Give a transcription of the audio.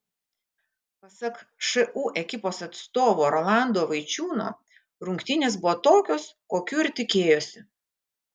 pasak šu ekipos atstovo rolando vaičiūno rungtynės buvo tokios kokių ir tikėjosi